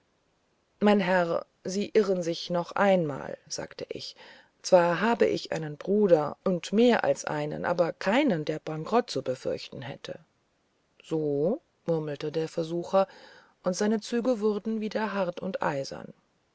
mein herr sie irren sich noch einmal sagte ich zwar habe ich einen bruder und mehr als einen aber keinen der bankerott zu fürchten hätte so murmelte der versucher und seine züge wurden wieder hart und eisern